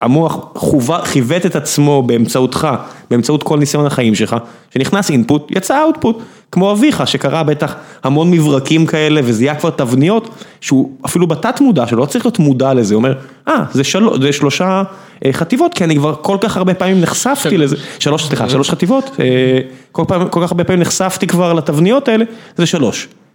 המוח חיווט את עצמו באמצעותך, באמצעות כל ניסיון החיים שלך, שנכנס אינפוט, יצא אאוטפוט, כמו אביך, שקרא בטח המון מברקים כאלה וזיהה כבר תבניות, שהוא אפילו בתת-מודע שלו לא צריך להיות מודע לזה, הוא אומר, אה, זה שלושה חטיבות, כי אני כבר כל כך הרבה פעמים נחשפתי לזה, שלוש, סליחה, שלוש חטיבות, כל כך הרבה פעמים נחשפתי כבר לתבניות האלה, זה שלוש.